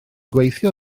gweithio